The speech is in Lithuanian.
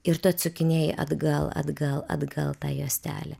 ir tu atsukinėji atgal atgal atgal tą juostelę